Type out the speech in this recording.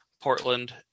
Portland